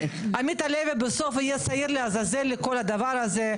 עמית הלוי בסוף יהיה שעיר לעזאזל של כל הדבר הזה,